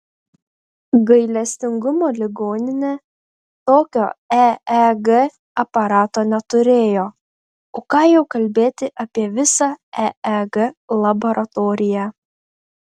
gailestingumo ligoninė tokio eeg aparato neturėjo o ką jau kalbėti apie visą eeg laboratoriją